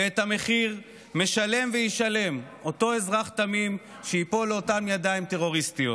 ואת המחיר משלם וישלם אותו אזרח תמים שייפול לאותן ידיים טרוריסטיות.